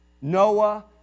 Noah